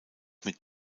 mit